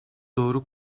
doğru